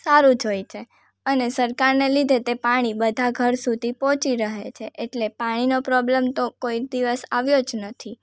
સારુ જ હોય છે અને સરકારને લીધે તે પાણી બધા ઘર સુધી પહોંચી રહે છે એટલે પાણીનો પ્રોબલમ તો કોઈ દિવસ આવ્યો જ નથી